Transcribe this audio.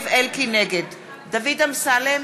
נגד דוד אמסלם,